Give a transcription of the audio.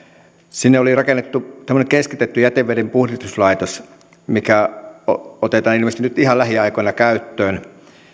sinne oli rakennettu tämmöinen keskitetty jätevedenpuhdistuslaitos mikä otetaan ilmeisesti nyt ihan lähiaikoina käyttöön